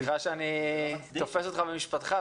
סליחה שאני תופס אותך במשפטך.